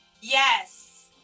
Yes